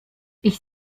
ich